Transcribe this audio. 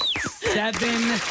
seven